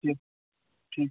ٹھیٖک ٹھیٖک